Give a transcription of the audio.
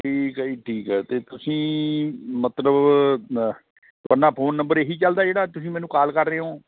ਠੀਕ ਹੈ ਜੀ ਠੀਕ ਹੈ ਅਤੇ ਤੁਸੀਂ ਮਤਲਬ ਨ ਫੋਨ ਨੰਬਰ ਇਹ ਹੀ ਚਲਦਾ ਜਿਹੜਾ ਤੁਸੀਂ ਮੈਨੂੰ ਕਾਲ ਕਰ ਰਹੇ ਹੋ